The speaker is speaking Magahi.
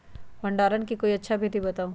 भंडारण के कोई अच्छा विधि बताउ?